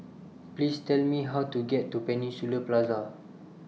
Please Tell Me How to get to Peninsula Plaza